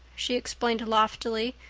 she explained loftily.